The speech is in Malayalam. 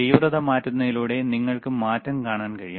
തീവ്രത മാറ്റുന്നതിലൂടെ നിങ്ങൾക്ക് മാറ്റം കാണാൻ കഴിയും